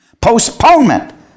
Postponement